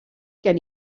gen